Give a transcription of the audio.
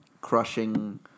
crushing